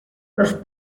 los